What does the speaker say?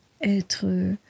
être